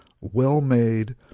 well-made